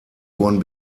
wurden